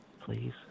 Please